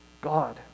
God